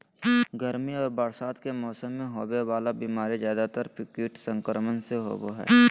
गर्मी और बरसात के मौसम में होबे वला बीमारी ज्यादातर कीट संक्रमण से होबो हइ